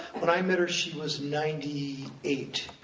but i met her she was ninety eight.